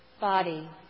body